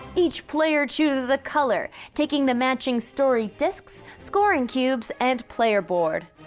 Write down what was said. each player chooses a color, taking the matching story discs, scoring cubes, and player board.